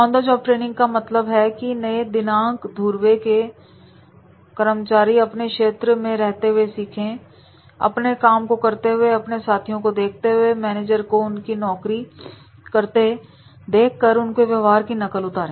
on the job training का मतलब है कि नए अनुभवहीन कर्मचारी अपने कार्य क्षेत्र में रहते हुए सीखें अपने काम को करते हुए अपने साथियों को देखते हुए और मैनेजर को उनकी नौकरी करते हुए देखकर उनके व्यवहार की नकल उतारे